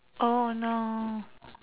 oh no